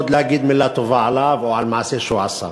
להגיד מילה טובה עליו או על מעשה שעשה.